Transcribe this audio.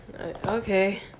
okay